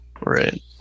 Right